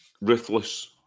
Ruthless